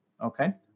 Okay